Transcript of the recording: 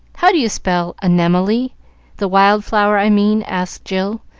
how do you spell anemoly the wild flower, i mean? asked jill,